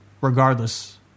regardless